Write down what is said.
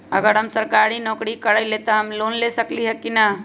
अगर हम सरकारी नौकरी करईले त हम लोन ले सकेली की न?